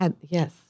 Yes